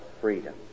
freedom